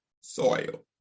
soil